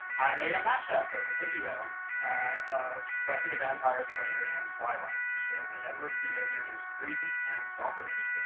i made a mash-up of a video ah of buffy the vampire slayer and twilight to show that edward's behavior is creepy and stalker-ish,